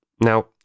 Now